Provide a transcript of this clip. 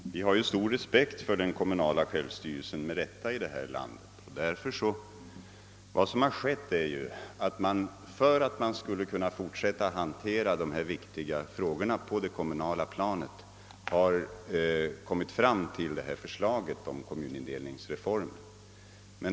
Herr talman! Vi har, med rätta, stor respekt för den kommunala självstyrelsen. Vad som har skett är ju att man, för att man skulle kunna fortsätta att hantera dessa frågor på det kommunala planet, har kommit fram till förslaget om en kommunindelningsreform.